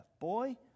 boy